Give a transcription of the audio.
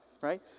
Right